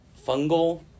fungal